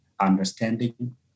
understanding